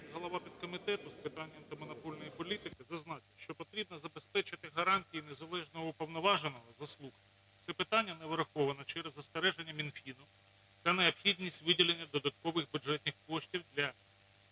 голова підкомітету з питань антимонопольної політики зазначу, що потрібно забезпечити гарантії незалежного уповноваженого… (Не чути) Це питання не враховано через застереження Мінфіну та необхідність виділення додаткових бюджетних коштів для